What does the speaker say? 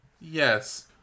yes